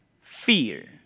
fear